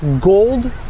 gold